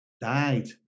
died